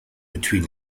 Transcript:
between